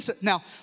Now